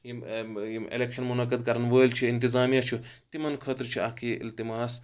یِم یِم اِلیٚکشن مُنَقَد کَرَن وٲلۍ چھ اِنتِظامِیا چھُ تِمَن خٲطر چھُ اَکھ یہِ اِلتِماس